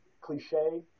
cliche